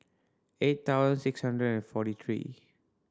eight thousand six hundred and forty three